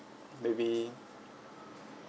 maybe